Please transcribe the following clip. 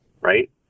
right